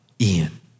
Ian